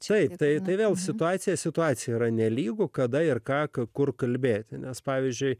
šiaip tai vėl situacija situacija yra nelygu kada ir ką kur kalbėti nes pavyzdžiui